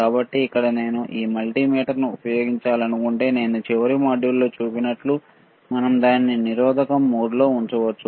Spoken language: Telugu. కాబట్టి ఇక్కడ నేను ఈ మల్టీమీటర్ను ఉపయోగించాలనుకుంటే నేను చివరి మాడ్యూల్లో చూపించినట్లు మనం దానిని నిరోధకం మోడ్లో ఉంచవచ్చు